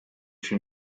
się